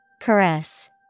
Caress